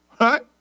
right